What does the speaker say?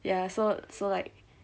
ya so so like